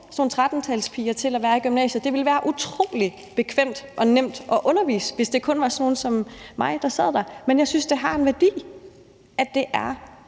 sådan nogle 13-talspiger, til at være i gymnasiet. Det ville være utrolig bekvemt og nemt at undervise, hvis det kun var sådan nogle som mig, der sad der, men jeg synes, det har en værdi, at det er